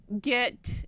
get